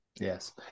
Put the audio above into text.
Yes